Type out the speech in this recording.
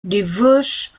diverse